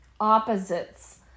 opposites